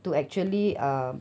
to actually err